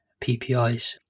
PPIs